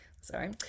Sorry